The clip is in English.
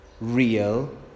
real